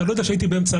מדובר כאן במספרים של